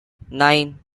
nine